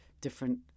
different